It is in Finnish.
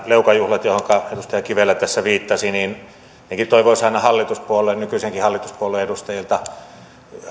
leukajuhliin joihinka edustaja kivelä tässä viittasi niin tietenkin toivoisi aina hallituspuolueiden nykyistenkin hallituspuolueiden edustajilta